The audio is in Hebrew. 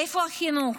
איפה החינוך?